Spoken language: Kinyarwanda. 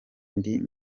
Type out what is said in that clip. ndi